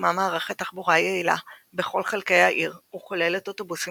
הוקמה מערכת תחבורה יעילה בכל חלקי עיר וכוללת אוטובוסים,